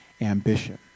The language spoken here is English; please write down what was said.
ambition